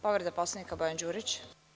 Povreda Poslovnika, Bojan Đurić.